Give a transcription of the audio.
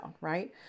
right